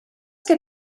get